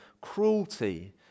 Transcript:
cruelty